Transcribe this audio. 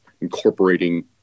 Incorporating